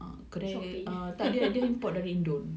Shopee